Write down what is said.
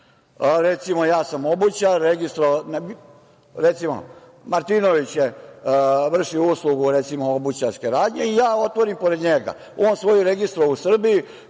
recimo, ja sam obućar, Martinović vrši uslugu obućarske radnje i ja otvorim pored njega. On svoju registrovao u Srbiji,